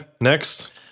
next